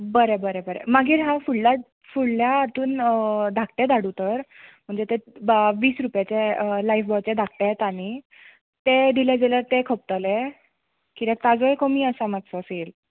बरे बरे बरे मागीर हांव फुडल्या फुडल्या हातून धाकटे धाडू तर म्हणजे ते वीस रुपयाचे लायफ बॉयाचे धाकटे येता न्हय ते दिलें जाल्यार तें खपतले कित्याक ताजोय कमी आसा मातसो सेल